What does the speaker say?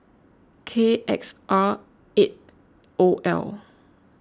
K X R eight O L